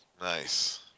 nice